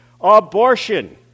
Abortion